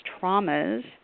traumas